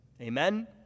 Amen